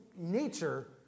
nature